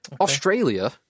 Australia